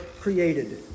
created